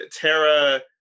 Tara